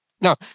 Now